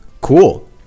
Cool